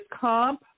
comp